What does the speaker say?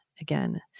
again